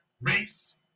race